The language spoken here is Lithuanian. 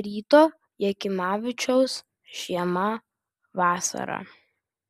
ryto jakimavičiaus žiemą vasarą